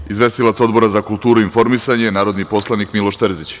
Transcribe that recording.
Reč ima izvestilac Odbora za kulturu i informisanje, narodni poslanik Miloš Terzić.